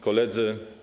Koledzy!